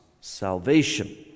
salvation